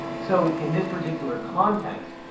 so, in this particular context,